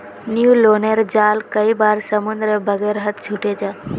न्य्लोनेर जाल कई बार समुद्र वगैरहत छूटे जाह